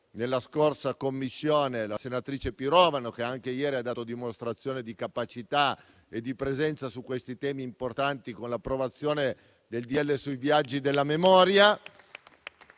della scorsa legislatura, senatrice Pirovano, che anche ieri ha dato dimostrazione di capacità e di presenza su questi temi importanti con l'approvazione del provvedimento sui viaggi della memoria.